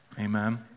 Amen